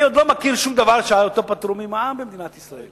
אני עוד לא מכיר שום דבר שפטרו אותו ממע"מ במדינת ישראל.